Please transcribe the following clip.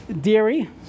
dairy